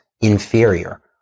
inferior